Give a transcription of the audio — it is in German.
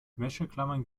wäscheklammern